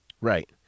Right